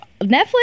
Netflix